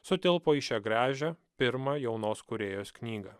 sutilpo į šią gražią pirmą jaunos kūrėjos knygą